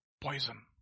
Poison